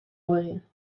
morgen